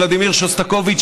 דמיטרי שוסטקוביץ',